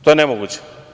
To je nemoguće.